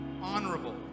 honorable